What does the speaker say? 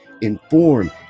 inform